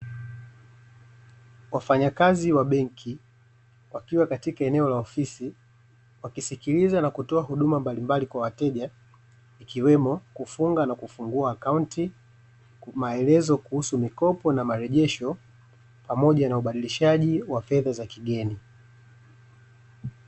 Wafanyakazi wa benki wakiwa katika eneo la ofisi, wakisikiliza na kutoa huduma mbalimbali kwa wateja ikiwemo kufunga na kufungua akaunti, maelezo kuhusu mikopo na marejesho pamoja na ubadilishaji wa fedha za kigeni.